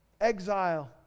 Exile